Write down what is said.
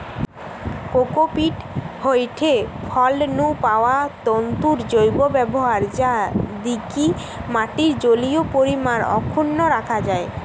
cocopeat হয়ঠে ফল নু পাওয়া তন্তুর জৈব ব্যবহার যা দিকি মাটির জলীয় পরিমাণ অক্ষুন্ন রাখা যায়